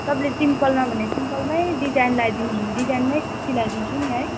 तपाईँले सिम्पलमा भन्यो सिम्पलमै डिजाइन लाइदिनु भने डिजाइनमै सिलाइदिन्छु नि है